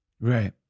Right